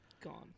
gone